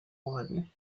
won